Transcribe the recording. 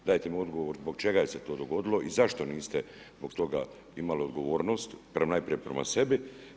Dajte mi odgovor zbog čega se to dogodilo i zašto niste zbog toga imali odgovornost najprije prema sebi.